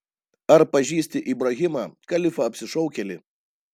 ar pažįsti ibrahimą kalifą apsišaukėlį